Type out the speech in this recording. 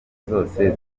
zose